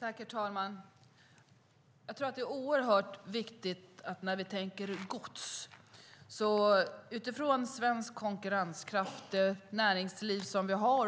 Herr talman! När vi tänker på gods är det oerhört viktigt att vi inser att vi för svensk konkurrenskraft och det näringsliv vi har